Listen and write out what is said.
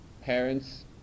parents